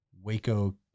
Waco